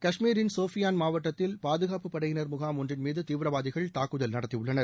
காஷ்முரில் சோஃபியான் மாவட்டத்தில் பாதுகாப்பு படையினர் முகாம் ஒன்றின் மீது தீவிரவாதிகள் தாக்குதல் நடத்தியுள்ளனர்